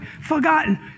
Forgotten